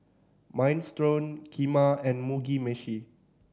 Minestrone Kheema and Mugi Meshi